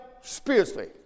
spiritually